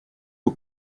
aux